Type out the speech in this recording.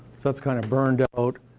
so that's kind of burned out,